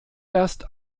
erst